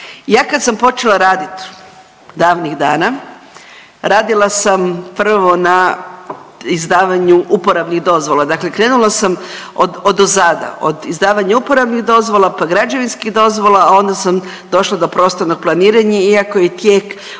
Ja kad sam počela raditi davnih dana radila sam prvo na izdavanju uporabnih dozvola, dakle krenula sam odozada od izdavanja uporabnih dozvola, pa građevinskih dozvola, onda sam došla do prostornog planiranja, iako je tijek u